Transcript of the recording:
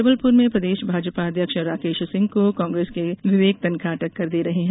जबलपुर में प्रदेश भाजपा अध्यक्ष राकेश सिंह को कांग्रेस के विवेक तनखा टक्कर दे रहे हैं